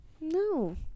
No